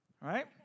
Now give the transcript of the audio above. right